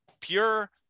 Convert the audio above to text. pure